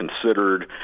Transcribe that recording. considered